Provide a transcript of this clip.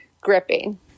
gripping